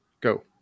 Go